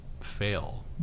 fail